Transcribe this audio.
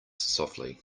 softly